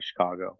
Chicago